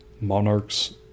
monarchs